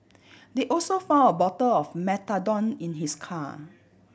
they also found a bottle of methadone in his car